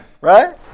right